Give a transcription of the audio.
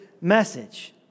message